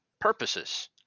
purposes